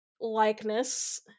likeness